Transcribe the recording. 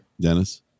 Dennis